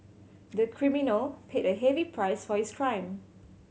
the criminal paid a heavy price for his crime